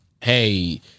hey